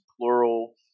plural